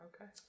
Okay